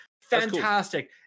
fantastic